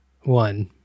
one